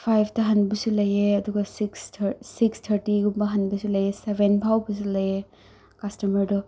ꯐꯥꯏꯚꯇ ꯍꯟꯕꯁꯨ ꯂꯩꯑꯦ ꯑꯗꯨꯒ ꯁꯤꯛꯁ ꯁꯤꯛꯁ ꯊꯔꯇꯤꯒꯨꯝꯕ ꯍꯟꯕꯁꯨ ꯂꯩꯑꯦ ꯁꯦꯚꯦꯟ ꯐꯥꯎꯕꯁꯨ ꯂꯩꯑꯦ ꯀꯁꯇꯃꯔꯗꯣ